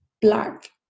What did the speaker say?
black